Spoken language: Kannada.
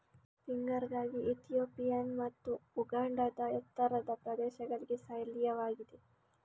ಫಿಂಗರ್ ರಾಗಿ ಇಥಿಯೋಪಿಯನ್ ಮತ್ತು ಉಗಾಂಡಾದ ಎತ್ತರದ ಪ್ರದೇಶಗಳಿಗೆ ಸ್ಥಳೀಯವಾಗಿದೆ